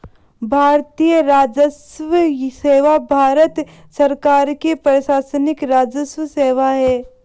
भारतीय राजस्व सेवा भारत सरकार की प्रशासनिक राजस्व सेवा है